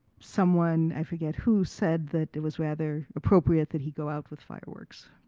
someone, i forget who, said that it was rather appropriate that he go out with fireworks.